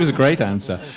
great answer.